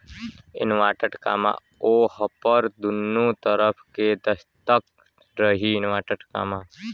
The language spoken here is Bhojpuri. ओहपर दुन्नो तरफ़ के दस्खत रही